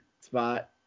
spot